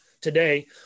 today